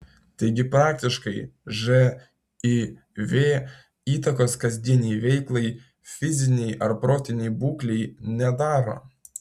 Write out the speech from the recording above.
taigi praktiškai živ įtakos kasdienei veiklai fizinei ar protinei būklei nedaro